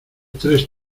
tres